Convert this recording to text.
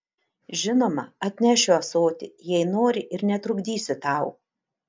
žinoma atnešiu ąsotį jei nori ir netrukdysiu tau